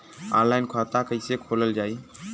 Online खाता कईसे खोलल जाई?